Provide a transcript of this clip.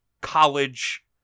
college